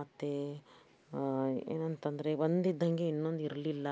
ಮತ್ತೆ ಏನಂತಂದರೆ ಒಂದು ಇದ್ದಂಗೆ ಇನ್ನೊಂದು ಇರಲಿಲ್ಲ